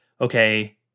okay